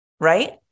Right